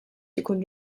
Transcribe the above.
ikun